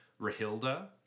Rahilda